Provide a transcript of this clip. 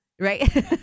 Right